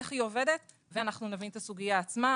איך היא עובדת ואנחנו נבין את הסוגיה עצמה,